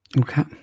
Okay